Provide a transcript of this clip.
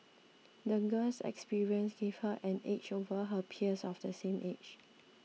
the girl's experiences gave her an edge over her peers of the same age